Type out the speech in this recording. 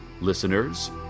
Listeners